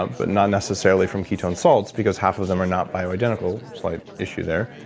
ah but not necessarily from ketone salts because half of them are not bio-identical, slight issue there,